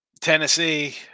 Tennessee